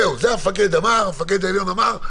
המפקד העליון אמר,